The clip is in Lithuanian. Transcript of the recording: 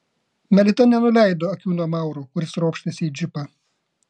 melita nenuleido akių nuo mauro kuris ropštėsi į džipą